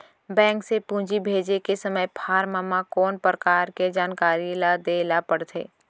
Bank से पूंजी भेजे के समय फॉर्म म कौन परकार के जानकारी ल दे ला पड़थे?